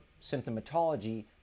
symptomatology